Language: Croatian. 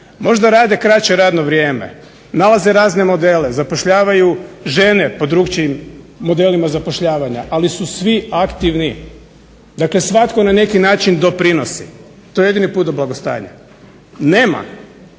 Možda rade kraće radno vrijeme, nalaze razne modele, zapošljavaju žene po drukčijim modelima zapošljavanja, ali su svi aktivni, dakle svatko na neki način doprinosi. To je jedini put do blagostanja. Nema